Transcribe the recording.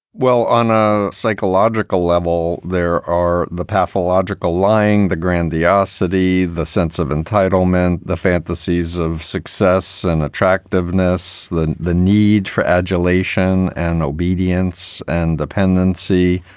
well, on a psychological level, there are the pathological lying, the grandiosity, the sense of entitlement, the fantasies of success and attractiveness, the the need for adulation and obedience and dependency,